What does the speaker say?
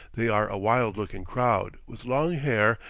they are a wild-looking crowd, with long hair,